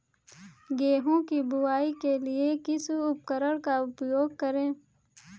गेहूँ की बुवाई के लिए किस उपकरण का उपयोग करें?